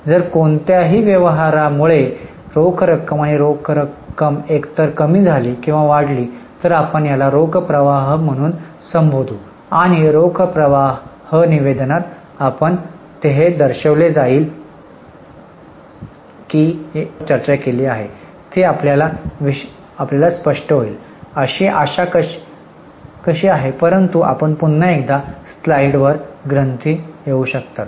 जर कोणत्याही व्यवहारामुळे रोख रक्कम आणि रोख रक्कम एकतर कमी झाली किंवा वाढली तर आपण याला रोख प्रवाह म्हणून संबोधू आणि रोख प्रवाह निवेदनात आपण हे दर्शविले जाईल की आपण यावर चर्चा केली आहे आणि ती आपल्याला स्पष्ट होईल अशी आशा कशी आहे परंतु आपण पुन्हा एकदा स्लाइड्सवर ग्रंथी येऊ शकतात